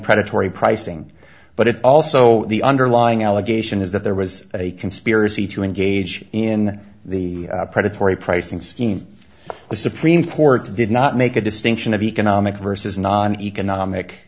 predatory pricing but it's also the underlying allegation is that there was a conspiracy to engage in the predatory pricing scheme the supreme court did not make a distinction of economic versus non economic